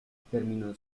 terminó